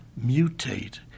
mutate